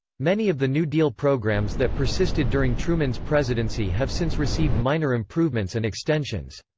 many of the new deal programs that persisted during truman's presidency have since received minor improvements and extensions.